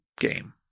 game